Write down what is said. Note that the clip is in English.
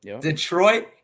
Detroit